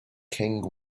king